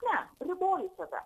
ne riboju save